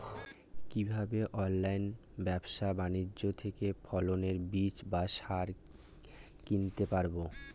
কীভাবে অনলাইন ব্যাবসা বাণিজ্য থেকে ফসলের বীজ বা সার কিনতে পারবো?